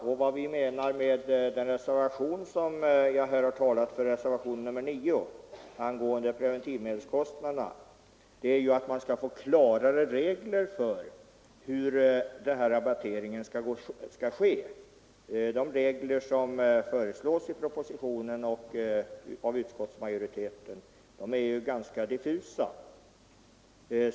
Avsikten med reservationen 9, som jag talat för och som gäller tillhandahållandet av preventivmedel i samband med preventivmedelsrådgivning, är dock att få klarare regler för hur rabatteringen skall ske. De regler som föreslås i propositionen och av utskottsmajoriteten är ju ganska diffusa.